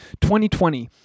2020